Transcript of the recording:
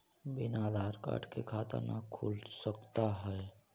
बिना आधार कार्ड के खाता न खुल सकता है?